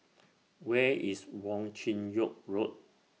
Where IS Wong Chin Yoke Road